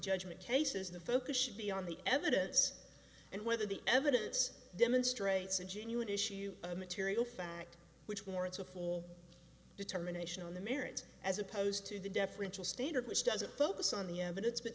judgment cases the focus should be on the evidence and whether the evidence demonstrates a genuine issue a material fact which warrants a full determination on the merits as opposed to the deferential standard which doesn't focus on the evidence but